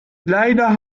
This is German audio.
leider